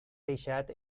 deixat